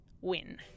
win